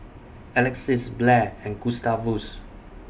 Alexys Blair and Gustavus